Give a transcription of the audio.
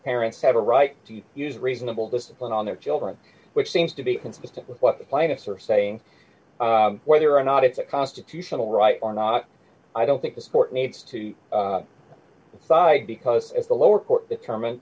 parents have a right to use reasonable discipline on their children which seems to be consistent with what the plaintiffs are saying whether or not it's a constitutional right or not i don't think the sport needs to decide because at the lower court determined